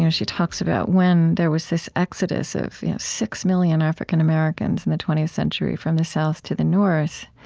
yeah she talks about when there was this exodus of six million african americans in the twentieth century from the south to the north.